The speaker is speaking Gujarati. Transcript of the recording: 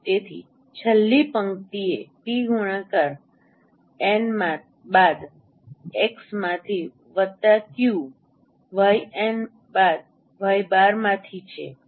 તેથી છેલ્લી પંક્તિ એ p ગુણાકાર n બાદ x બારમાંથી વત્તા ક્યૂ y n બાદ y બારમાંથી છે